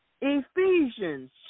Ephesians